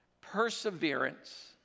perseverance